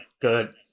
good